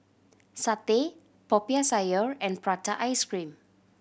satay Popiah Sayur and prata ice cream